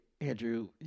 Andrew